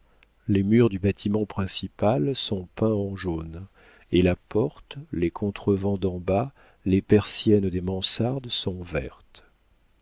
les murs du bâtiment principal sont peints en jaune et la porte les contrevents d'en bas les persiennes des mansardes sont vertes